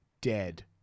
dead